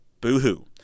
boo-hoo